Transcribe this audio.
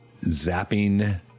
zapping